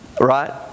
right